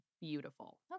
beautiful